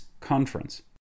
conference